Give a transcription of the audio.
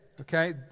okay